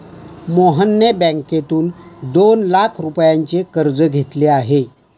मोहनने बँकेतून दोन लाख रुपयांचे कर्ज घेतले आहे